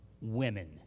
Women